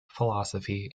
philosophy